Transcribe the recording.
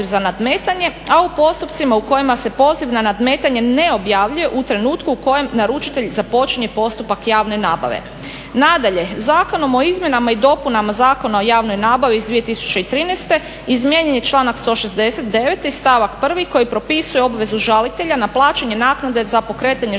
za nadmetanje, a u postupcima u kojima se poziv na nadmetanje ne objavljuje u trenutku u kojem naručitelj započinje postupak javne nabave. Nadalje, Zakonom o izmjenama i dopunama Zakona o javnoj nabavi iz 2013.izmijenjeni članak 169.stavak 1.koji propisuje obvezu žalitelja na plaćanje naknade za pokretanje žalbenog